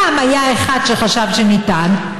פעם היה אחד שחשב שניתן,